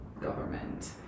government